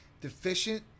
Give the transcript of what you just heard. deficient